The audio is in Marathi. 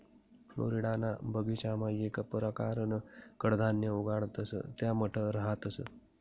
फ्लोरिडाना बगीचामा येक परकारनं कडधान्य उगाडतंस त्या मठ रहातंस